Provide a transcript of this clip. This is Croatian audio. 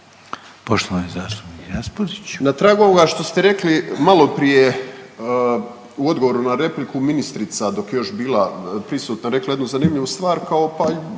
Nino (Nezavisni)** Na tragu ovoga što ste rekli maloprije u odgovoru na repliku ministrica dok je još bila prisutna rekla jednu zanimljivu stvar kao pa ljudi